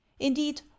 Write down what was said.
indeed